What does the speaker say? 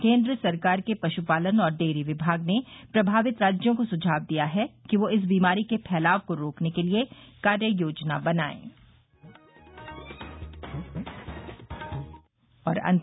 केन्द्र सरकार के पशुपालन और डेयरी विभाग ने प्रभावित राज्यों को सुझाव दिया है कि वे इस बीमारी के फैलाव को रोकने के लिए कार्ययोजना बनाएं